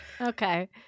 Okay